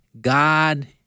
God